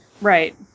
Right